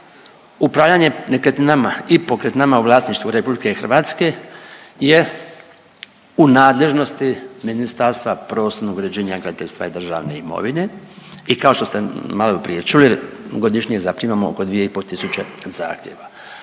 nekretninama i pokretninama u vlasništvu RH je u nadležnosti Ministarstva prostornog uređenja, graditeljstva i državne imovine i kao što ste maloprije čuli godišnje zaprimamo oko 2,5 tisuće zahtjeva.